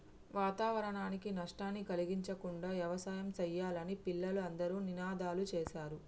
వాతావరణానికి నష్టాన్ని కలిగించకుండా యవసాయం సెయ్యాలని పిల్లలు అందరూ నినాదాలు సేశారు